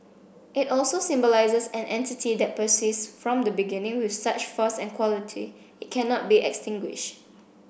it also symbolises an entity that persists from the beginning with such force and quality it cannot be extinguished